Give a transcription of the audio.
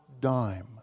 dime